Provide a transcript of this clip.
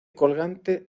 colgante